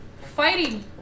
Fighting